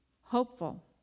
Hopeful